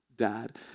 dad